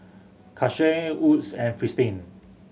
Karcher Wood's and Fristine